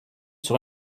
sur